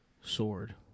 sword